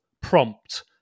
prompt